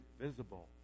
visible